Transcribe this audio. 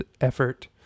effort